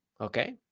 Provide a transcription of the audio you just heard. Okay